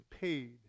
paid